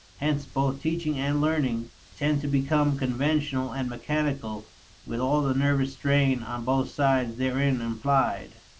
hence both teaching and learning tend to become conventional and mechanical with all the nervous strain on both sides therein implied.